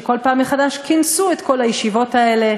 שכל פעם מחדש כינסו את כל הישיבות האלה,